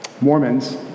Mormons